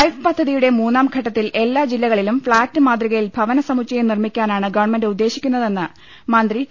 life പദ്ധതിയുടെ മൂന്നാം ഘട്ടത്തിൽ എല്ലാ ജില്ല കളിലും ഫ്ളാറ്റ് മാതൃകയിൽ ഭവന സമുച്ചയം നിർമ്മി ക്കാനാണ് ഗവൺമെന്റ് ഉദ്ദേശിക്കുന്നതെന്ന് മന്ത്രി ടി